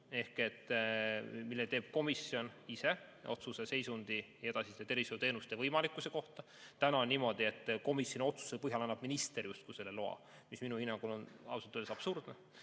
otsus, mille teeb komisjon ise, otsuse seisundi ja edasiste tervishoiuteenuste võimalikkuse kohta. Täna on niimoodi, et komisjoni otsuse põhjal annab minister justkui selle loa, mis minu hinnangul on ausalt öeldes absurdne,